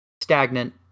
stagnant